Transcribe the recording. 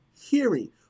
Hearing